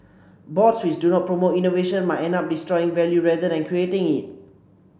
boards which do not promote innovation might end up destroying value rather than creating it